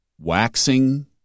waxing